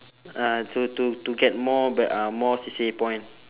uh to to to get more b~ uh more C_C_A point